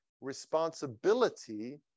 responsibility